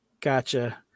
Gotcha